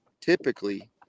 typically